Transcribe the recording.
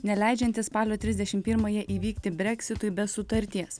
neleidžiantį spalio trisdešim pirmąją įvykti breksitui be sutarties